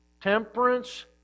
temperance